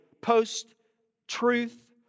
post-truth